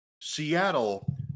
Seattle